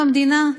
במדינה,